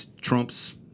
Trump's